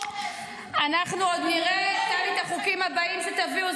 --- אנחנו עוד נראה את החוקים הבאים שתביאו.